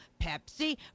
Pepsi